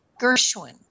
Gershwin